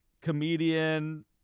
comedian